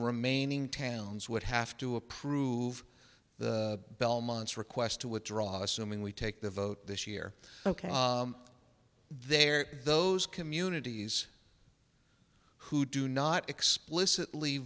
remaining towns would have to approve the belmont's request to withdraw assuming we take the vote this year ok there are those communities who do not explicitly